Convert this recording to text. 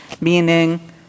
meaning